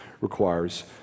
requires